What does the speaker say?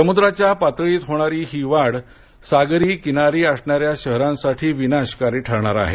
समुद्राच्या पातळीत होणारी ही वाढ सागर किनारी असणाऱ्या शहरांसाठी विनाशकारी ठरणार आहे